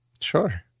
Sure